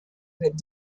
that